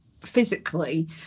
physically